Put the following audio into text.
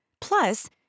Plus